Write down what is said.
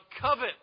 covet